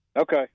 Okay